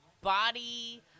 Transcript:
body